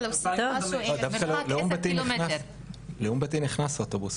דווקא לאום בטין נכנס אוטובוס.